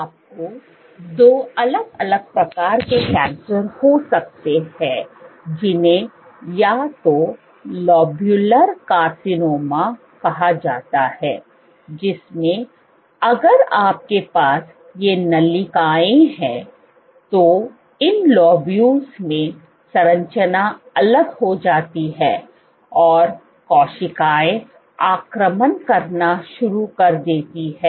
आपको दो अलग अलग प्रकार के कैंसर हो सकते हैं जिन्हें या तो लोब्युलर कार्सिनोमा कहा जाता है जिसमें अगर आपके पास ये नलिकाएं हैं तो इन लोब्यूल्स में संरचना अलग हो जाती है और कोशिकाएं आक्रमण करना शुरू कर देती हैं